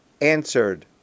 answered